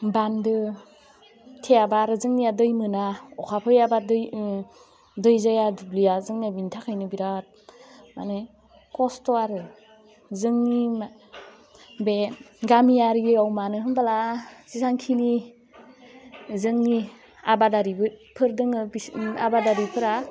बान्दो थेयाबा आरो जोंनिया दै मोना अखा फैयाबा दै ओह दै जाया दुब्लिया जोंना बिनि थाखायनो बिराथ मानि खस्थ' आरो जोंनि बे गामियारियाव मानो होमबोला जेसांखिनि जोंनि आबादारिबोफोर दङ बिसोर आबादारिफ्रा